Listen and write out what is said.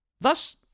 Thus